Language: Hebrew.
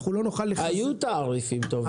אנחנו לא נוכל --- היו תעריפים טובים.